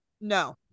no